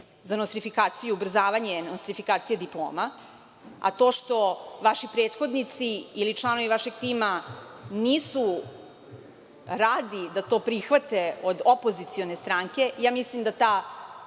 za nostrifikaciju i ubrzavanje nostrifikacije diploma. To što vaši prethodnici, ili članovi vašeg tima nisu radi da to prihvate od opozicione stranke, mislim da ta